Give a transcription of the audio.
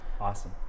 Awesome